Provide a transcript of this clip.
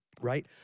right